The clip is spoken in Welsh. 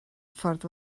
ffordd